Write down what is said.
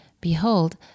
Behold